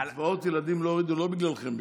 קצבאות ילדים לא הורידו לא בגללכם,